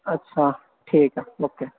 ਅੱਛਾ ਠੀਕ ਆ ਓਕੇ